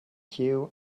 queue